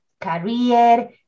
career